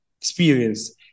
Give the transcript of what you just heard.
experience